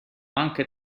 anche